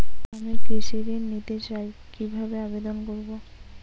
আমি কৃষি ঋণ নিতে চাই কি ভাবে আবেদন করব?